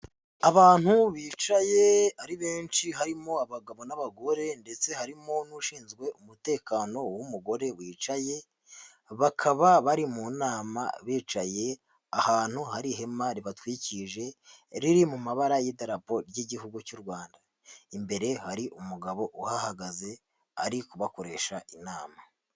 Abantu bicaye ari benshi harimo abagabo n'abagore ndetse harimo n'ushinzwe umutekano w'umugore wicaye, bakaba bari mu nama bicaye ahantu hari ihema ribatwikije, riri mu mabara y'idarapo ry'igihugu cy'u Rwanda, imbere hari umugabo uhahagaze ari kubakoresha inama.